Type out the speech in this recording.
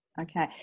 Okay